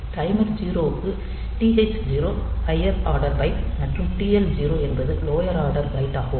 timer 0 க்கு TH0 higher order byte மற்றும் TL 0 என்பது லோயர் ஆர்டர் பைட் ஆகும்